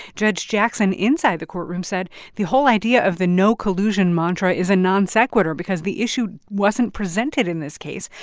judge jackson, inside the courtroom, said the whole idea of the no-collusion mantra is a non sequitur because the issue wasn't presented in this case.